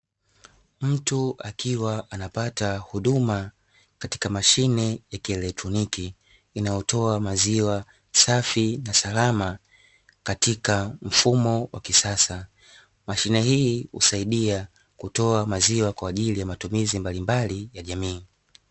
Mtu akiwa anapata huduma katika mashine ya kielektroniki inayotoa maziwa safi na salama katika mfumo wa kisasa, mashine hii husaidia kutoa maziwa kwa ajili ya matumizi mbalimbali ya jamii.